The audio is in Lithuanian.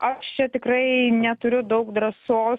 aš čia tikrai neturiu daug drąsos